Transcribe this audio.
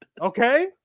Okay